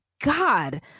God